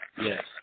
yes